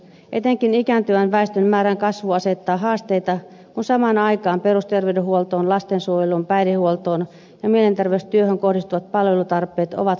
etenkin ikääntyvän väestön määrän kasvu asettaa haasteita kun samaan aikaan perusterveydenhuoltoon lastensuojeluun päihdehuoltoon ja mielenterveystyöhön kohdistuvat palvelutarpeet ovat kasvaneet